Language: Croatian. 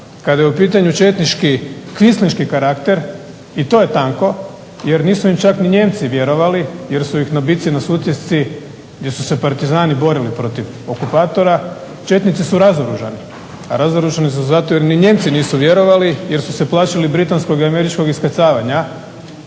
Kada je u pitanju četnički … karakter i to je tanko jer nisu im čak ni Nijemci vjerovali jer su ih na bitki na Sutjesci gdje su se partizani borili protiv okupatora četnici su razoružani. A razoružani su zato jer ni Nijemci nisu vjerovali jer su se plašili britanskog i američkog iskrcavanja,